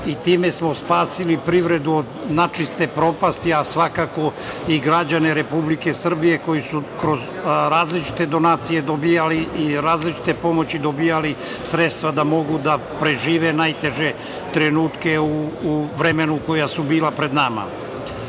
i time smo spasili privredu od načiste propasti, a svakako i građane Republike Srbije koji su kroz različite donacije dobijali i različite pomoći, dobijali sredstva da mogu da prežive najteže trenutke u vremenu koja su bila pred